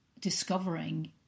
discovering